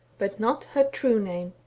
but not her true name.